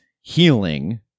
healing